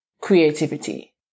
creativity